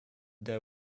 their